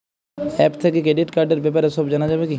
App থেকে credit কার্ডর ব্যাপারে সব জানা যাবে কি?